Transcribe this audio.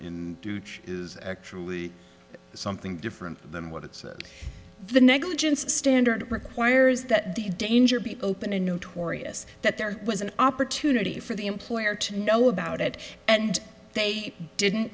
is actually something different than what it says the negligence standard requires that the danger be open and notorious that there was an opportunity for the employer to know about it and they didn't